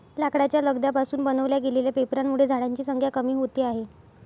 लाकडाच्या लगद्या पासून बनवल्या गेलेल्या पेपरांमुळे झाडांची संख्या कमी होते आहे